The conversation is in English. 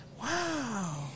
wow